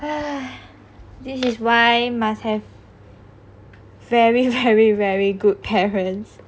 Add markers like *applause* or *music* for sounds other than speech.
*noise* this is why must have very very very good parents